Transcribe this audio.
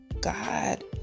God